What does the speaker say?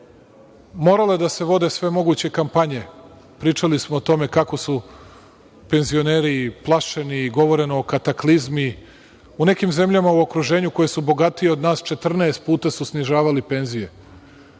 morale da se vode sve moguće kampanje, pričali smo o tome kako su penzioneri i plašeni, i govoreno o kataklizmi, u nekim zemljama u okruženju koje su bogatije od nas 14 puta su snižavali penzije,